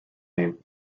name